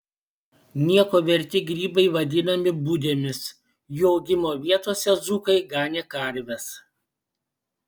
nieko verti grybai vadinami budėmis jų augimo vietose dzūkai ganė karves